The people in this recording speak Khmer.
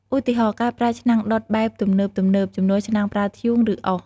ឧទាហរណ៍ ការប្រើឆ្នាំងដុតបែបទំនើបៗជំនួសឆ្នាំងប្រើធ្បូង ឬអុស។